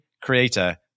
creator